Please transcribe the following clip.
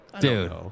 Dude